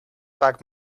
vaak